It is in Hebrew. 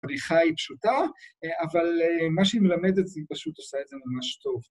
הפריחה היא פשוטה, אבל מה שהיא מלמדת, היא פשוט עושה את זה ממש טוב.